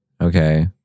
Okay